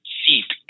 seat